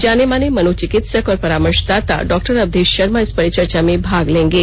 जाने माने मनो चिकित्सक और परामर्शदाता डॉक्टर अवधेश शर्मा इस परिचर्चा में भाग लेंगे